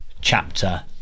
chapter